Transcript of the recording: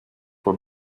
voor